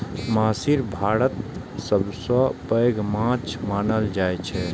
महसीर भारतक सबसं पैघ माछ मानल जाइ छै